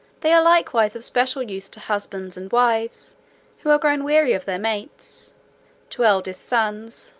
they are likewise of special use to husbands and wives who are grown weary of their mates to eldest sons,